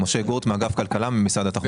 מאגף כלכלה ממשרד התחבורה.